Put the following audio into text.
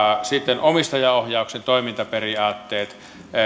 sitten omistajaohjauksen toimintaperiaatteet